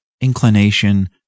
inclination